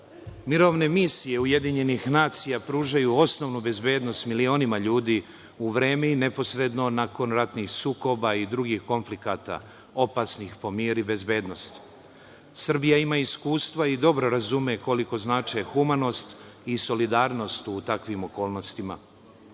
Mirovne misije UN pružaju osnovnu bezbednost milionima ljudi u vreme i neposredno nakon ratnih sukoba i drugih konflikata opasnih po mir i bezbednost. Srbija ima iskustva i dobro razume koliko znače humanost i solidarnost u takvim okolnostima.